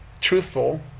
truthful